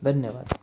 धन्यवाद